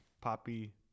poppy